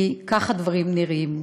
כי כך הדברים נראים.